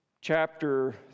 chapter